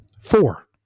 Four